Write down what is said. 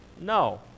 no